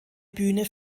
bühne